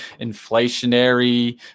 inflationary